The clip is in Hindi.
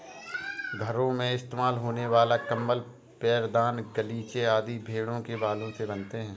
घरों में इस्तेमाल होने वाले कंबल पैरदान गलीचे आदि भेड़ों के बालों से बनते हैं